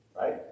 Right